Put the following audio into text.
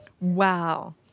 Wow